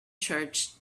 church